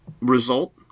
result